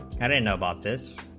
and and about this,